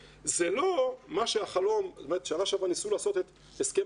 זה לא החלום שניסו לעשות שנה שעברה ניסו לעשות את הסכם